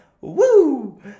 woo